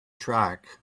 track